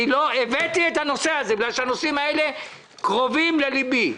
הבאתי את הנושא הזה בגלל שהנושאים האלה קרובים ללבי.